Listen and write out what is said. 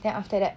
then after that